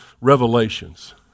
Revelations